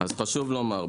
חשוב לומר,